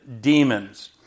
demons